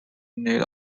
need